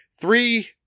Three